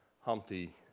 Humpty